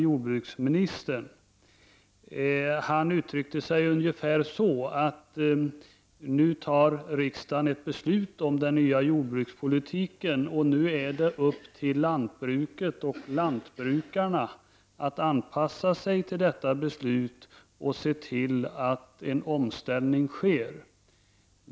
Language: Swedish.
Jordbruksministern uttryckte sig i sitt anförande ungefär så här: Nu fattar riksdagen ett beslut om den nya jordbrukspolitiken, och nu ankommer det på lantbruket och lantbrukarna att anpassa sig till detta beslut och se till att en omställning sker.